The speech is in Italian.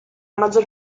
maggior